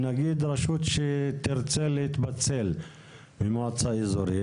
נניח ותהיה רשות שתרצה להתפצל ממועצה אזורית.